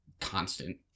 constant